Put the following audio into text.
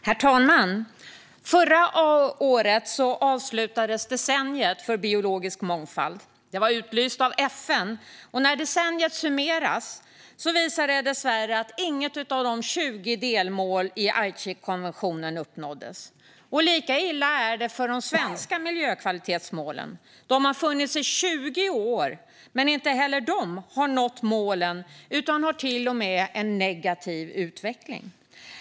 Herr talman! Förra året avslutades decenniet för biologisk mångfald. Det var utlyst av FN, och när decenniet summerades visade det sig dessvärre att inget av de 20 delmålen i Aichikonventionen uppnåddes. Lika illa är det för de svenska miljökvalitetsmålen. De har funnits i 20 år, men inte heller de har uppnåtts utan har till och med en negativ utveckling.